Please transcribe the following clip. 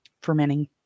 fermenting